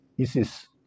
Isis